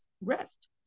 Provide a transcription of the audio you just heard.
rest